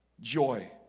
Joy